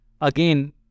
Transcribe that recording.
Again